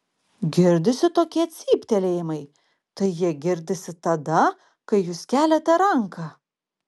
girdisi tokie cyptelėjimai tai jie girdisi tada kai jūs keliate ranką